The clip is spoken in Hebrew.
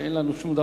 ואין לנו שום דבר,